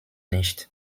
nicht